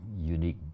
unique